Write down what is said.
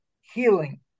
healing